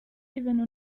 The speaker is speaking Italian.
divenne